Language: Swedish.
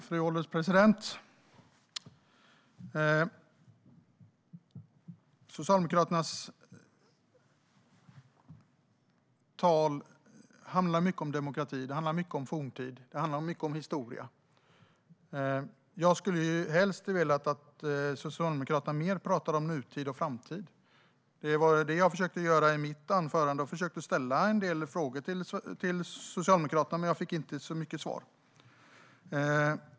Fru ålderspresident! Socialdemokraternas tal handlar mycket om demokrati, forntid och historia. Jag skulle helst vilja att Socialdemokraterna pratar mer om nutid och framtid. Det var vad jag försökte göra i mitt anförande. Jag försökte ställa en del frågor till Socialdemokraterna, men jag fick inte så många svar.